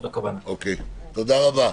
תודה רבה.